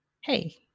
Hey